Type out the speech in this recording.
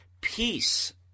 Peace